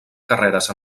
carreres